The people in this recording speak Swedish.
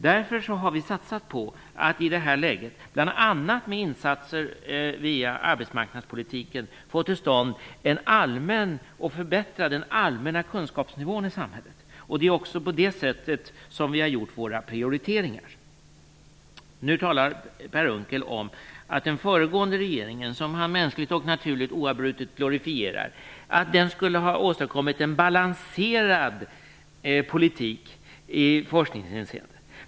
Därför har vi satsat på att i det här läget, bl.a. med insatser via arbetsmarknadspolitiken, förbättra den allmänna kunskapsnivån i samhället. Det är också på det sättet som vi har gjort våra prioriteringar. Nu talar Per Unckel om att den föregående regeringen, som han mänskligt och naturligt nog oavbrutet glorifierar, skulle ha åstadkommit en balanserad politik i forskningshänseende.